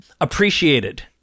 appreciated